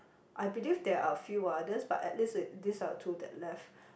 I believe there are few others but at least it these are the two that left